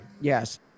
Yes